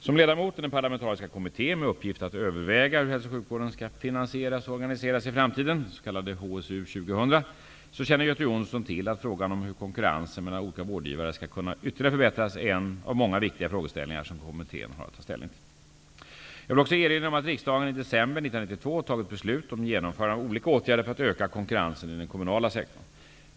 Som ledamot i den parlamentariska kommittén med uppgift att överväga hur hälso och sjukvården skall finansieras och organiseras i framtiden -- HSU 2000 -- känner Göte Jonsson till att frågan om hur konkurrensen mellan olika vårdgivare skall kunna ytterligare förbättras är en av många viktiga frågeställningar som kommittén har att ta ställning till. Jag vill också erinra om att riksdagen i december 1992 tagit beslut om genomförande av olika åtgärder för att öka konkurrensen i den kommunala sektorn.